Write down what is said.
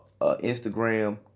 Instagram